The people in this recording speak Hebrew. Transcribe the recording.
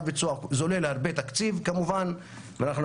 שלב הביצוע זולל הרבה תקציב כמובן ואנחנו